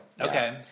Okay